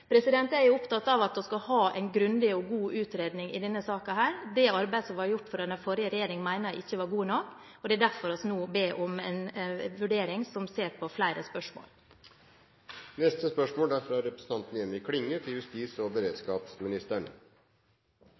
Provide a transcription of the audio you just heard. Jeg er opptatt av at vi skal ha en grundig og god utredning i denne saken. Det arbeidet som var gjort av den forrige regjering, mener jeg ikke var godt nok. Det er derfor vi nå ber om en vurdering der man ser på flere spørsmål.